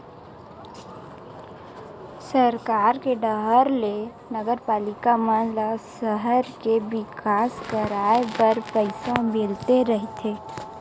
सरकार के डाहर ले नगरपालिका मन ल सहर के बिकास कराय बर पइसा मिलते रहिथे